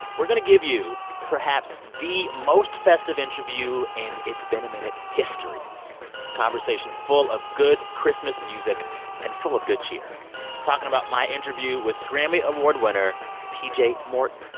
we're going to give you perhaps the most festive interview in it's been a minute history. it's a conversation full of good christmas music and full of good cheer talking about my interview with grammy award-winner pj morton.